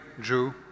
Jew